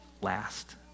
last